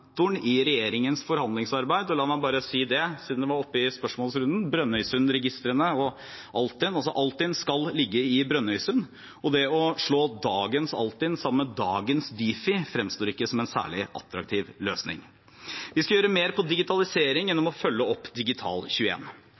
motoren i regjeringens forhandlingsarbeid. Og la meg bare si det, siden det var oppe i spørsmålsrunden, om Brønnøysundregistrene og Altinn: Altinn skal ligge i Brønnøysund, å slå dagens Altinn sammen med dagens Difi fremstår ikke som en særlig attraktiv løsning. Vi skal gjøre mer innenfor digitalisering gjennom å følge opp